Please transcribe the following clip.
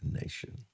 nation